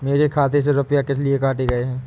मेरे खाते से रुपय किस लिए काटे गए हैं?